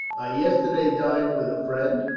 i yesterday dined with a friend,